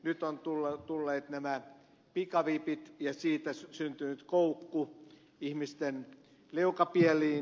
nyt ovat tulleet nämä pikavipit ja siitä on syntynyt koukku ihmisten leukapieliin